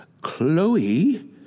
Chloe